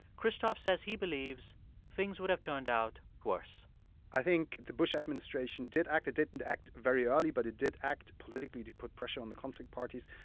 christoph says he believes things would have turned out worse i think the bush administration did act. it didn't act very early, but it did act politically to put pressure on the conflict parties.